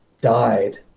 died